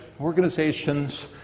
organizations